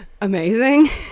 amazing